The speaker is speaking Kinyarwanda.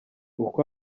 uko